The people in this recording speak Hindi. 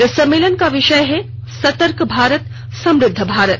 इस सम्मेलन का विषय है सतर्क भारत समृद्ध भारत